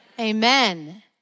amen